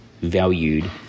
valued